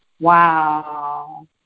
Wow